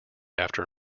after